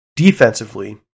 Defensively